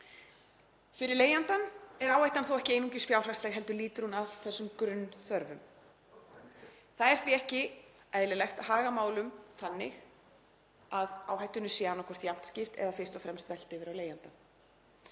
Fyrir leigjandann er áhættan þó ekki einungis fjárhagsleg heldur lýtur hún að þessum grunnþörfum. Það er því ekki eðlilegt að haga málum þannig að áhættunni sé annaðhvort jafnt skipt eða fyrst og fremst velt yfir á leigjandann.